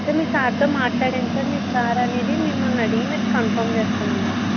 sir మీ సార్తో మాట్లాడండి సార్ మీ సార్ అనేది మిమ్మల్ని అడిగి మీరు కన్ఫామ్ చేస్తానన్నారు సార్